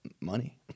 money